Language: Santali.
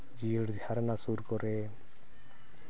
ᱡᱤᱭᱟᱹᱲ ᱡᱷᱟᱨᱱᱟ ᱥᱩᱨ ᱠᱚᱨᱮ